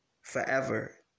forever